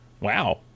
Wow